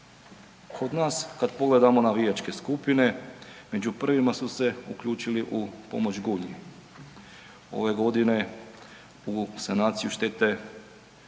Kod nas kad pogledamo navijačke skupine među prvima su se uključili u pomoć Gunji, ove godine u sanaciju štete